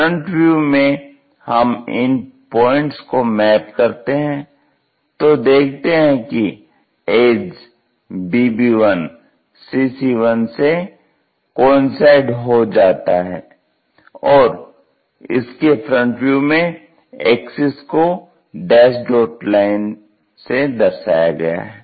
इसके front view में हम इन पॉइंट्स को मैप करते हैं तो देखते हैं कि एज bb1 cc1 से कोइंसाइड हो जाता है और इसके FV में एक्सिस को डैश डॉट लाइन से दर्शाया गया है